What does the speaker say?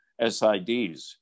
SIDs